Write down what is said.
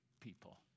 people